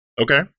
Okay